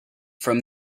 from